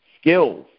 skills